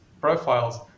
profiles